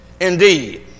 Indeed